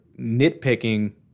nitpicking